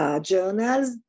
journals